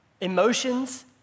Emotions